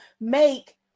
make